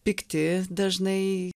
pikti dažnai